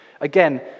Again